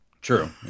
True